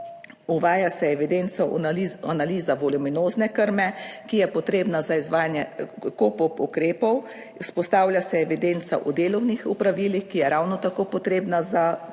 uvaja se evidenca analiz, analiza voluminozne krme, ki je potrebna za izvajanje KOPOP ukrepov, vzpostavlja se evidenca o delovnih opravilih, ki je ravno tako potrebna za KOPOP